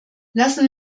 lassen